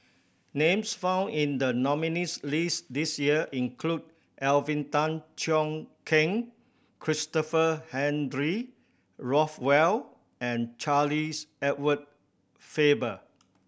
names found in the nominees' list this year include Alvin Tan Cheong Kheng Christopher Henry Rothwell and Charles Edward Faber